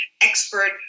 expert